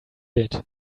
did